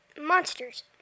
monsters